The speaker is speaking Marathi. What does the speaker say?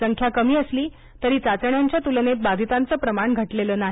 संख्या कमी असली तरी चाचण्यांच्या तुलनेत बाधितांचं प्रमाण घटलेलं नाही